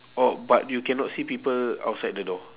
oh but you cannot see people outside the door